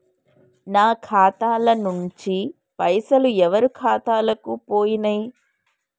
నా ఖాతా ల నుంచి పైసలు ఎవరు ఖాతాలకు పోయినయ్?